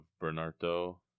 Bernardo